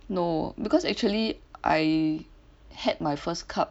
no because actually I had my first cup